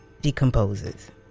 Decomposes